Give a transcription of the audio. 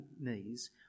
knees